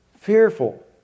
fearful